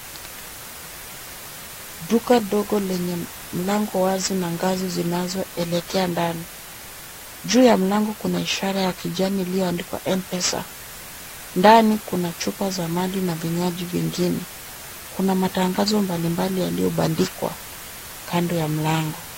Duka dogo lenye mlango wazi na ngazi zinazoelekea ndani. Juu ya mlango kuna ishara ya kijani iliyoandikwa Mpesa. Ndani kuna chupa za samadi na vinywaji vingine. Kuna atangazo mbali mbali yaliyobandikwa kando ya mlango.